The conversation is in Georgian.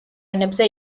ენებზე